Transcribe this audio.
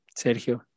Sergio